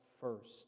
first